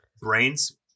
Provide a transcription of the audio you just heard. brains